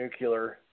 nuclear